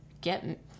get